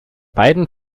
beiden